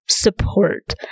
Support